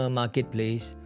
marketplace